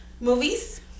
Movies